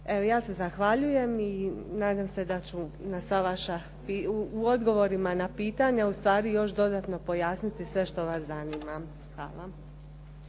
ja se zahvaljujem i nadam se da ću i u odgovorima na pitanja ustvari još dodatno pojasniti sve što vas zanima. Hvala.